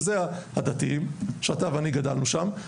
וזה הדתיים שאתה ואני גדלנו שם,